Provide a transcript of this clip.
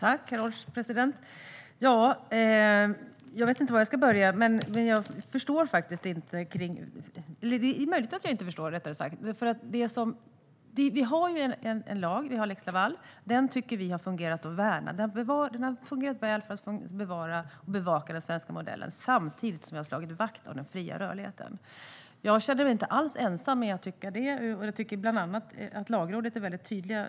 Herr ålderspresident! Jag vet inte var jag ska börja. Det är möjligt att jag inte förstår. Vi har en lag, nämligen lex Laval. Den tycker vi har fungerat väl för att bevara och bevaka den svenska modellen samtidigt som vi har slagit vakt om den fria rörligheten. Jag känner mig inte alls ensam om att tycka det; jag tycker bland annat att Lagrådet är väldigt tydligt.